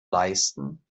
leisten